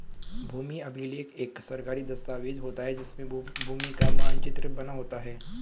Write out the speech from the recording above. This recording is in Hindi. भूमि अभिलेख एक सरकारी दस्तावेज होता है जिसमें भूमि का मानचित्र बना होता है